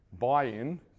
buy-in